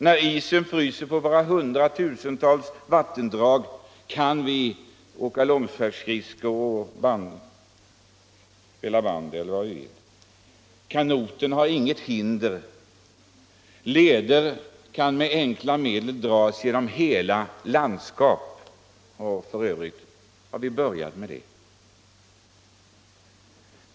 När isen fryser på våra hundratusen vattendrag kan vi åka långfärdsskridskor och spela bandy eller vad vi vill. Kanoten möter inte något hinder. Vandringsleder kan med enkla medel dras genom hela landskap — det har vi f.ö. redan börjat med.